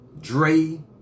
Dre